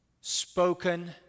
spoken